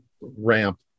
ramp